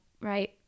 right